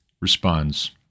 responds